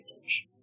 research